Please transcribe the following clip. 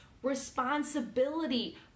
responsibility